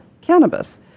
cannabis